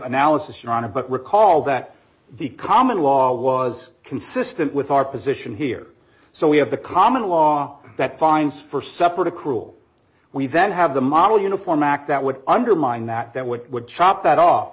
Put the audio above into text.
but recall that the common law was consistent with our position here so we have the common law that fines for supper to cruel we then have the model uniform act that would undermine that that would would chop that off